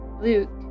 Luke